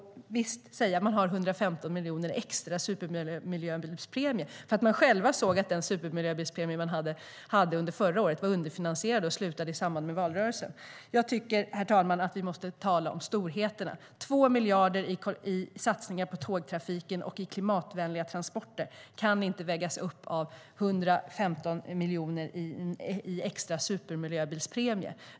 Man säger att man har 115 miljoner extra i supermiljöbilspremie, därför att man själv såg att den supermiljöbilspremie som fanns förra året var underfinansierad och slutade i samband med valrörelsen. Jag tycker, herr talman, att vi måste tala om storheterna: 2 miljarder i satsningar på tågtrafiken och i klimatvänliga transporter kan inte vägas upp av 115 miljoner i extra supermiljöbilspremie.